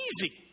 easy